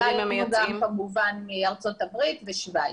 כמובן מארצות הברית ושוויץ.